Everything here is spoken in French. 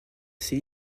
ses